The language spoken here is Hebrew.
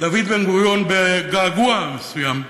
דוד בן-גוריון, בגעגוע מסוים,